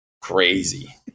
crazy